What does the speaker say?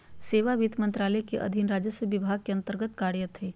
सेवा वित्त मंत्रालय के अधीन राजस्व विभाग के अन्तर्गत्त कार्यरत हइ